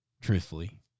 truthfully